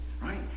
right